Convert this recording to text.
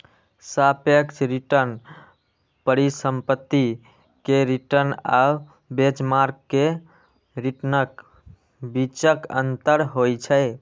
सापेक्ष रिटर्न परिसंपत्ति के रिटर्न आ बेंचमार्क के रिटर्नक बीचक अंतर होइ छै